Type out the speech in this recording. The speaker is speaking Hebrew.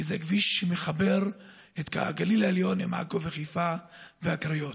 כי זה כביש שמחבר את הגליל העליון לעכו וחיפה והקריות.